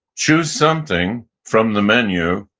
choose something from the menu,